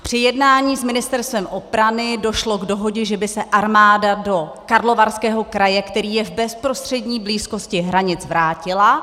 Při jednání s Ministerstvem obrany došlo k dohodě, že by se armáda do Karlovarského kraje, který je v bezprostřední blízkosti hranic, vrátila.